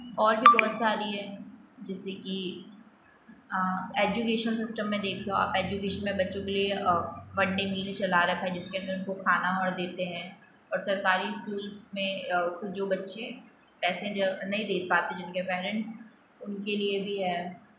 और भी बहुत सारी हैं जैसे कि एजुकेशन सिस्टम में देख लो आप ऐजुकेशन में बच्चों के लिए वन डे मील चला रखा है जिसके अंदर उनको खाना और देते हैं और सरकारी स्कूल्स में जो बच्चे पैसे नहीं दे पाते जिनके पेरेंट्स उनके लिए भी है